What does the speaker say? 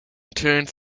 turns